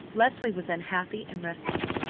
leslie was unhappy and restless,